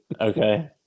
Okay